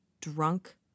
drunk